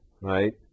right